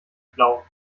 blau